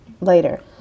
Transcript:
later